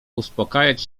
uspokajać